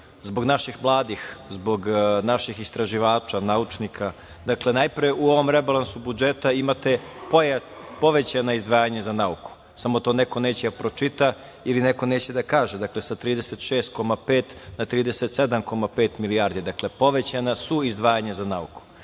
zbog naših mladih, zbog naših istraživača, naučnika, najpre u ovom rebalansu budžeta imate povećana izdvajanja za nauku, samo to neko neće da pročita ili neko neće da kaže. Dakle, sa 36,5 na 37,5 milijardi. Dakle, povećana su izdvajanja za nauku. Moje